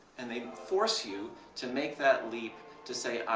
and they force you to make that leap to say,